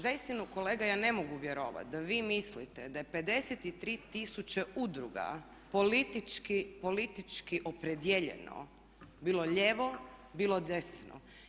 Zaista kolega ja ne mogu vjerovati da vi mislite da je 53 tisuće udruga politički opredijeljeno, bilo lijevo, bilo desno.